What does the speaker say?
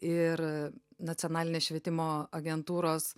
ir nacionalinės švietimo agentūros